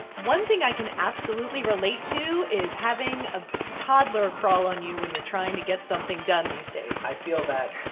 one thing i can absolutely relate to is having a toddler crawl on you when you're trying to get something done these days i feel that